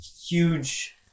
huge